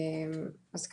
אז,